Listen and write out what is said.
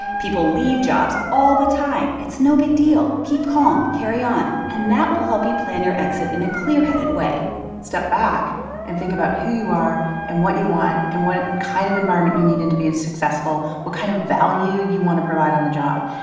people leave jobs all the time, it's no big deal. keep calm. carry on. and that will help you plan your exit in a clear-headed way step back and think about who you are and what you want and what kind of environment you need in to be successful, what kind of value you want to provide on the job.